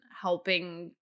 helping